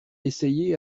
essayé